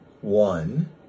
one